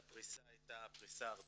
והפריסה הייתה פריסה ארצית,